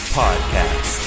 podcast